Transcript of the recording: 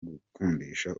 gukundisha